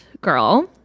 girl